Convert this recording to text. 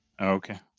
Okay